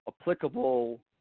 applicable